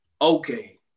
okay